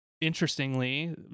interestingly